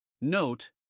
Note